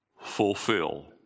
fulfill